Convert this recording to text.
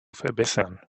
verbessern